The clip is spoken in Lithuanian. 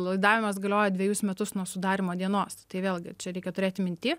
laidavimas galioja dvejus metus nuo sudarymo dienos tai vėlgi čia reikia turėti minty